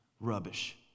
rubbish